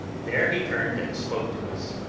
there he turned and spoke to us